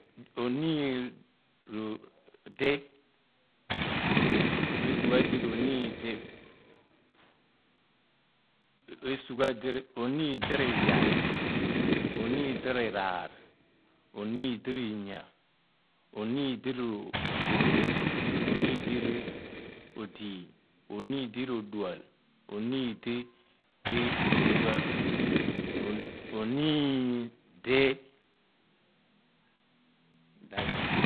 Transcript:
Oniin oogh di-esugha di roniin di esugha, di, roniin di riyaal oniin di riraar oniin di riinya oniin oogh. Oniindi roodiiny oniin di roduol omim di.